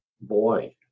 boy